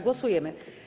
Głosujemy.